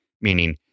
meaning